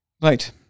Right